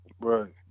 Right